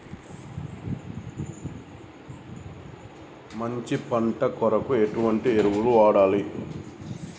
మంచి పంట కోసం ఎటువంటి ఎరువులు వాడాలి?